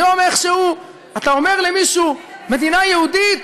היום איכשהו אתה אומר למישהו "מדינה יהודית",